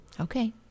Okay